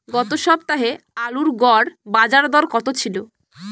গত সপ্তাহে আলুর গড় বাজারদর কত ছিল?